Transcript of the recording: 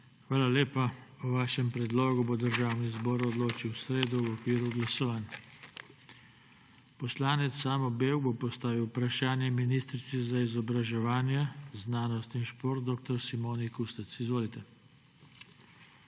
Hvala lepa. O vašem predlogu bo Državni zbor odločil v sredo v okviru glasovanj. Poslanec Samo Bevk bo postavil vprašanje ministrici za izobraževanje, znanost in šport dr. Simoni Kustec. Izvolite.